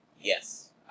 Yes